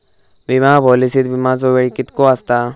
विमा पॉलिसीत विमाचो वेळ कीतको आसता?